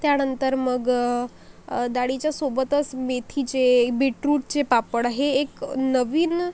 त्यानंतर मग डाळीच्या सोबतच मेथीचे बीट रूटचे पापड हे एक नवीन